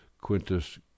Quintus